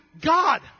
God